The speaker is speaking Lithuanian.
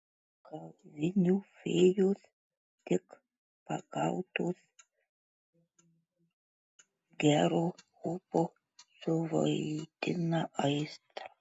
kavinių fėjos tik pagautos gero ūpo suvaidina aistrą